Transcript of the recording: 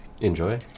Enjoy